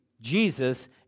Jesus